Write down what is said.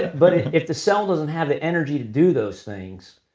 but if the cell doesn't have the energy to do those things,